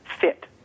fit